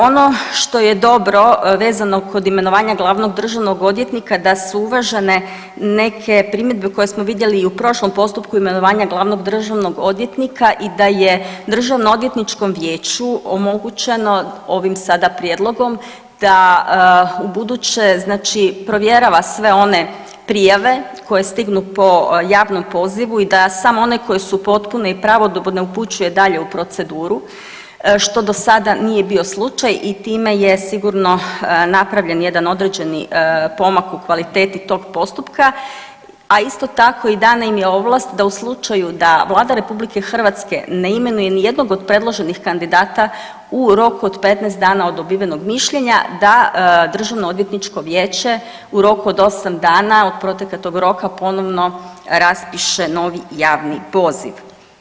Ono što je dobro vezano kod imenovanja glavnog državnog odvjetnika da su uvažene neke primjedbe koje smo vidjeli i u prošlom postupku imenovanja glavnog državnog odvjetnika i da je državno odvjetničkom vijeću omogućeno ovim sada prijedlogom da ubuduće znači provjerava sve one prijave koje stignu po javnom pozivu i da samo one koje su potpune i pravodobne upućuje dalje u proceduru što do sada nije bio slučaj i time je sigurno napravljen jedan određeni pomak u kvaliteti tog postupka, a isto tako i dana im je ovlast da u slučaju da Vlada RH ne imenuje nijednog od predloženih kandidata u roku od 15 dana od dobivenog mišljenja da Državno odvjetničko vijeće u roku od 8 dana od proteka tog roka ponovno raspiše novi javni poziv.